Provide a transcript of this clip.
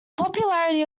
popularity